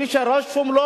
מי שרשום לו